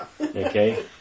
Okay